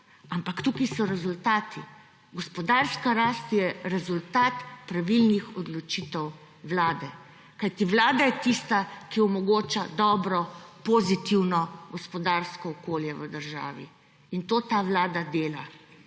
ampak tukaj so rezultati. Gospodarska rast je rezultat pravilnih odločitev vlade, kajti vlada je tista, ki omogoča dobro, pozitivno gospodarsko okolje v državi, in to ta vlada dela.